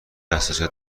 حساسیت